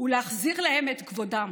ולהחזיר להם את כבודם,